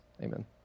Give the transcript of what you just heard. Amen